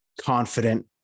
confident